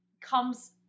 comes